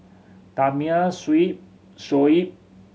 Damia Shuib Shoaib